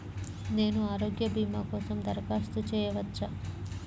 నేను ఆరోగ్య భీమా కోసం దరఖాస్తు చేయవచ్చా?